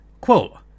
quote